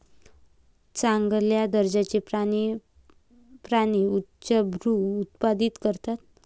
चांगल्या दर्जाचे प्राणी प्राणी उच्चभ्रू उत्पादित करतात